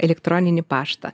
elektroninį paštą